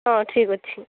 ହଁ ଠିକ ଅଛି